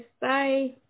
Bye